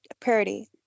parody